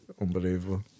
Unbelievable